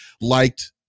liked